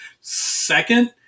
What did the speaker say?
Second